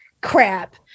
crap